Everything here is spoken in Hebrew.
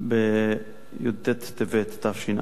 בי"ט טבת תש"ע,